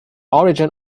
origin